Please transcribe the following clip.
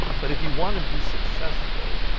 but if you want to be successful,